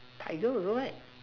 tiger also right